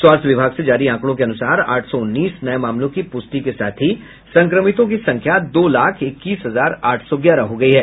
स्वास्थ्य विभाग से जारी आंकड़ों के अनुसार आठ सौ उन्नीस नये मामलों की पुष्टि के साथ ही संक्रमितों की संख्या दो लाख इक्कीस हजार आठ सौ ग्यारह हो गयी है